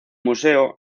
museo